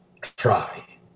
try